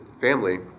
family